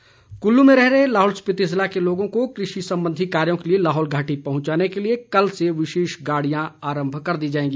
मारकंडा कुल्लू में रह रहे लाहौल स्पिति जिला के लोगों को कृषि संबंधी कार्यो के लिए लाहौल घाटी पहुंचाने के लिए कल से विशेष गाड़ियां आरम्भ कर दी जाएगी